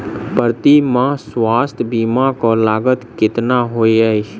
प्रति माह स्वास्थ्य बीमा केँ लागत केतना होइ है?